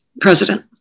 president